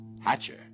Hatcher